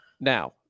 Now